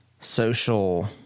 social